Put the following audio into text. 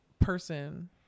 person